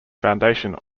foundation